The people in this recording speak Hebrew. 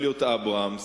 אליוט אברמס,